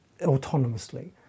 autonomously